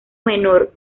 menor